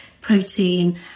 protein